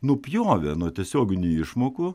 nupjovė nuo tiesioginių išmokų